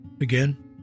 Again